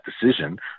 decision